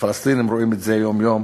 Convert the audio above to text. הפלסטינים רואים את זה יום-יום